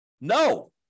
No